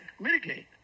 mitigate